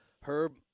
Herb